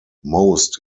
most